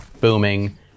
booming